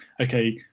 okay